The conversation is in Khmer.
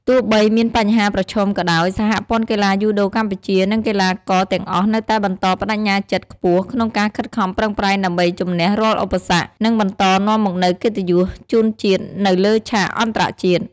ទោះបីមានបញ្ហាប្រឈមក៏ដោយ សហព័ន្ធកីឡាយូដូកម្ពុជា និងកីឡាករទាំងអស់នៅតែបន្តប្តេជ្ញាចិត្តខ្ពស់ក្នុងការខិតខំប្រឹងប្រែងដើម្បីជម្នះរាល់ឧបសគ្គ និងបន្តនាំមកនូវកិត្តិយសជូនជាតិនៅលើឆាកអន្តរជាតិ ។